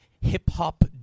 hip-hop